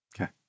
okay